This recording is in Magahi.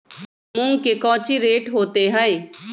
मूंग के कौची रेट होते हई?